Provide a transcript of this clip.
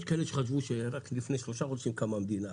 יש כאלה שחשבו שרק לפני שלושה חודשים קמה המדינה,